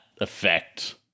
effect